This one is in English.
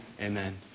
Amen